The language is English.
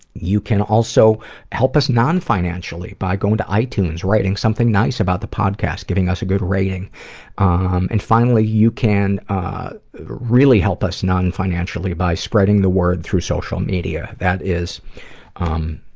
you can also help us non-financially by going to itunes, writing something nice about the podcast, giving us a good ratio um and finally you can really help us non-financially by spreading the word through social media, that is um,